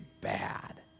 bad